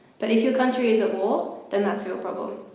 but if your country is at war, then that's your problem.